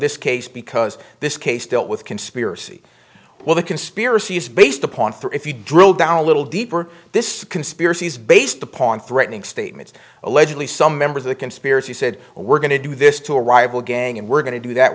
this case because this case still with conspiracy while the conspiracy is based upon for if you drill down a little deeper this conspiracy is based upon threatening statements allegedly some members of the conspiracy said we're going to do this to a rival gang and we're going to do that